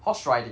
horse riding